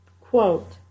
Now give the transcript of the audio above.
Quote